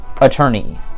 attorney